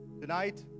Tonight